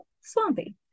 Swampy